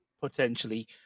potentially